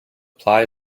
apply